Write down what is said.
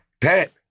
Pat